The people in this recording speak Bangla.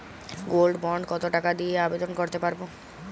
গোল্ড বন্ড কত টাকা দিয়ে আবেদন করতে পারবো?